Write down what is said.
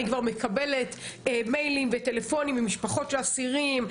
אני כבר מקבלת מיילים וטלפונים ממשפחות של אסירים,